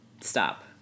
stop